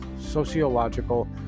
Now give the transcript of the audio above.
sociological